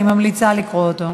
אני ממליצה לקרוא אותו.